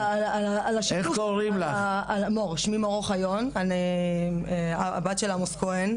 שמי מור אוחיון אני הבת של עמוס כהן.